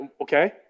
Okay